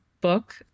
book